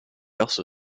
also